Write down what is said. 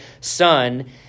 son